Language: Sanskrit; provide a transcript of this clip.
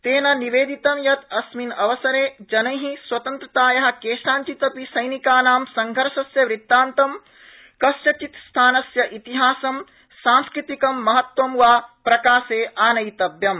तेन निवेदितं यत् अस्मिन् अवसरे जनैः स्वतन्त्रताया केषांचिदपि सैनिकानां संघर्षस्य वृत्तान्तं कस्यचिद् स्थानस्य इतिहास सांस्कृतिक महत्वं वा प्रकाशे आनीतव्यम्